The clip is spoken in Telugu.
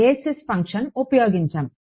బేసిస్ ఫంక్షన్ ఉపయోగించాము